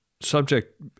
subject